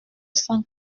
cent